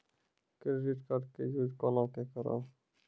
Credit card के use कोना के करबऽ?